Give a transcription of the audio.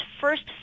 first